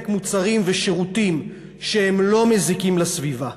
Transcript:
מוצרים ושירותים שאינם מזיקים לסביבה.